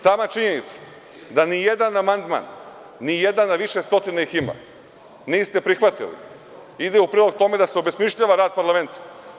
Sama činjenica da ni jedan amandman, a više stotina ih ima, niste prihvatili, ide u prilog tome da se obesmišljava rad parlamenta.